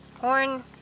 Horn